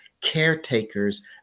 caretakers